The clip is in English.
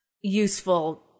useful